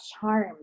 charm